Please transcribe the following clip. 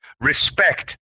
Respect